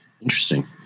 Interesting